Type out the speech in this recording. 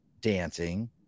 dancing